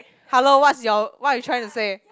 hello what's your what you trying to say